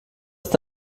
ist